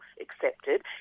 accepted